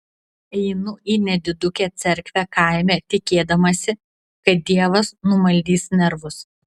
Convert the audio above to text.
einu į nedidukę cerkvę kaime tikėdamasi kad dievas numaldys nervus